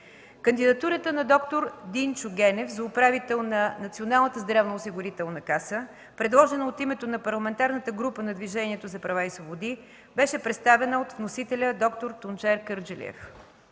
Кандидатурата на д-р Динчо Генев за управител на Националната здравноосигурителна каса, предложена от името на Парламентарната група на Движението за права и свободи, беше представена от вносителя д-р Тунчер Кърджалиев.